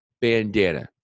bandana